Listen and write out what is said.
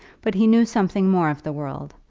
but he knew something more of the world,